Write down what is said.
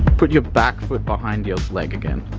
put your back foot behind your leg again.